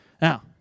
Now